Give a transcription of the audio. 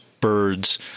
birds